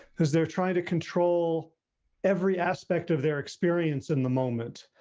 because they're trying to control every aspect of their experience in the moment.